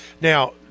now